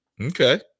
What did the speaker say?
Okay